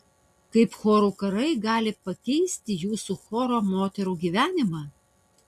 kaip chorų karai gali pakeisti jūsų choro moterų gyvenimą